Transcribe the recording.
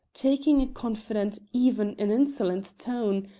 taking a confident, even an insolent, tone,